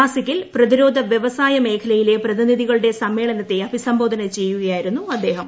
നാസികിൽ പ്രതിരോധ വൃവസായ മേഖലയിലെ പ്രതിനിധികളുടെ സമ്മേളനത്തെ അഭിസംബോധന ചെയ്യുകയായിരുന്നു അദ്ദേഹം